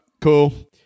cool